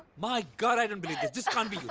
my god, i don't believe it.